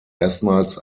erstmals